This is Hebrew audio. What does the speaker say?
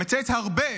מצייץ הרבה,